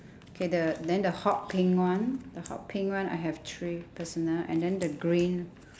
okay the then the hot pink one the hot pink one I have three personal and then the green